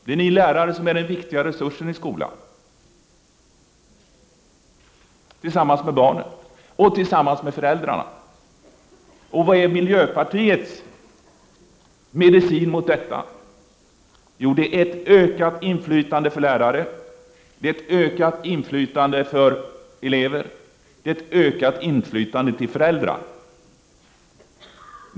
Det är lärarna som är den viktiga resursen i skolan tillsammans med barnen och tillsammans med föräldrarna Vad är miljöpartiets medicin mot detta? Jo, det är ett ökat inflytande för lärare, ett ökat inflytande för elever och ett ökat inflytande för föräldrar.